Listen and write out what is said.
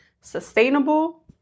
sustainable